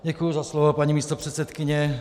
Děkuji za slovo, paní místopředsedkyně.